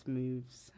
moves